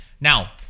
Now